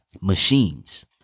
machines